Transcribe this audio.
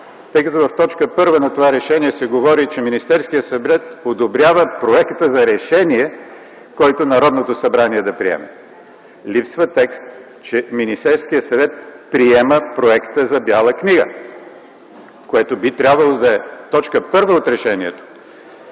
тъй като в т. 1 на това решение се говори, че Министерският съвет одобрява проекта за решение, който Народното събрание да приеме. Липсва текст, че Министерският съвет приема Проекта за Бяла книга, което би трябвало да е т. 1 от решението.